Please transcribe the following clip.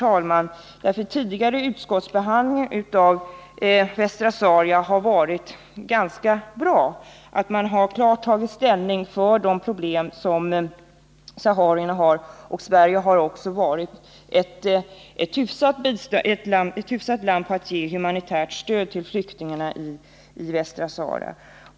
Vid tidigare utskottsbehandling av frågan om Västra Sahara har utskottet därvidlag uttalat sig mera positivt, och man har klart tagit ställning för en insats för att lösa de problem saharierna har. Sverige har också varit ett land som givit ett relativt stort humanitärt stöd till flyktingarna i Västra Sahara.